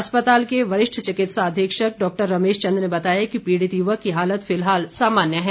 अस्पताल के वरिष्ठ चिकित्सा अधीक्षक डाक्टर रमेश चंद ने बताया कि पीड़ित युवक की हालत फिलहाल सामान्य है